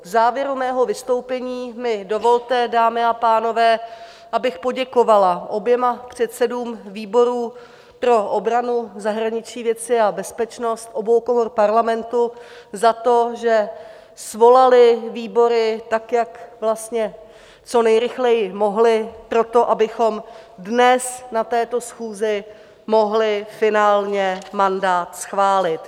V závěru mého vystoupení mi dovolte, dámy a pánové, abych poděkovala oběma předsedům výborů pro obranu, zahraniční věci a bezpečnost obou komor parlamentu za to, že svolali výbory, tak jak vlastně co nejrychleji mohli, pro to, abychom dnes na této schůzi mohli finálně mandát schválit.